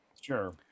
Sure